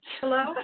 Hello